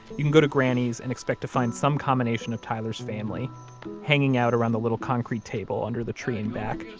you can go to granny's and expect to find some combination of tyler's family hanging out around the little concrete table under the tree in back,